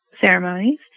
ceremonies